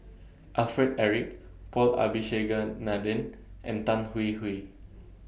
Alfred Eric Paul Abisheganaden and Tan Hwee Hwee